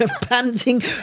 Panting